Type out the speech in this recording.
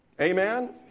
Amen